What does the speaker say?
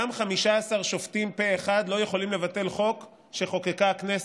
גם 15 שופטים פה אחד לא יכולים לבטל חוק שחוקקה הכנסת.